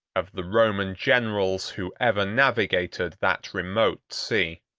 of the roman generals, who ever navigated that remote sea.